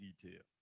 detail